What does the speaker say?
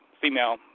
female